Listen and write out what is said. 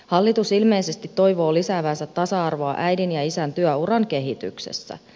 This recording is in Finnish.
hallitus ilmeisesti toivoo lisäävänsä tasa arvoa äidin ja isän työuran kehityksessä